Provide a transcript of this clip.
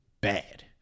bad